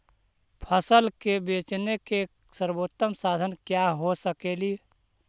फसल के बेचने के सरबोतम साधन क्या हो सकेली?